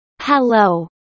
Hello